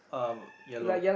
um yellow